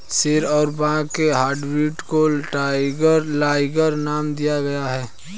शेर और बाघ के हाइब्रिड को लाइगर नाम दिया गया है